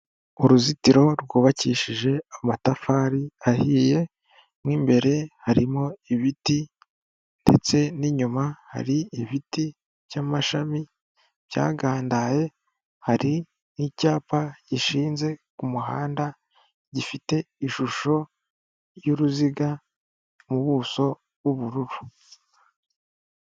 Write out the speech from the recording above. Uruzitiro rwubakishije amatafari ahiye, mu imbere harimo ibiti ndetse n'inyuma hari ibiti by'amashami byagandaye, hari n'icyapa gishinze ku muhanda gifite ishusho y'uruziga mu buso bw'ubururu.